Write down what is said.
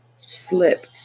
slip